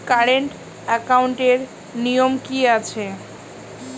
Current একাউন্টের নিয়ম কী আছে?